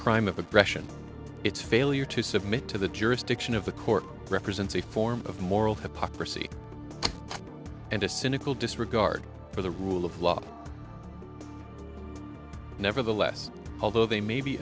crime of aggression its failure to submit to the jurisdiction of the court represents a form of moral hypocrisy and a cynical disregard for the rule of law nevertheless although they may be